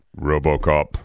Robocop